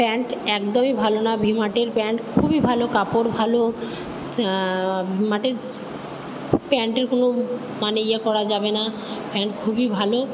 pant একদমই ভালো না ভি মার্টের প্যান্ট খুবই ভালো কাপড় ভালো ভি মার্টের প্যান্টের কোনো মানে ইয়ে করা যাবে না প্যান্ট খুবই ভালো